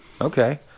okay